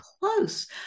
close